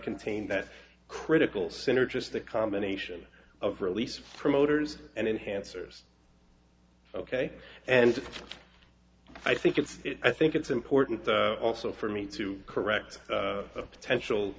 contain that critical synergistic combination of release promoters and enhancers ok and i think it's i think it's important also for me to correct a potential